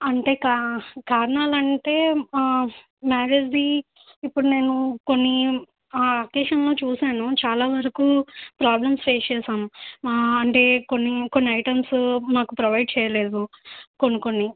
అంటే కా కారణాలంటే మ్యారేజ్ది ఇప్పుడు నేను కొన్ని ఆ ఒకేషన్లో చూశాను చాలా వరకు ప్రాబ్లెమ్స్ ఫేస్ చేశాము అంటే కొన్ని కొన్ని ఐటమ్స్ మాకు ప్రొవైడ్ చెయ్యలేదు కొన్ని కొన్ని